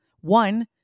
One